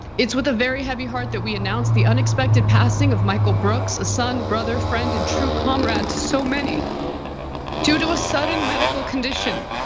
it's with a very heavy heart that we announce the unexpected passing of michael brooks, a son, brother, friend, and true comrade to so many due to a sudden medical condition.